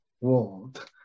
world